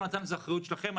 יונתן, זה אחריות שלכם.